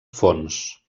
fons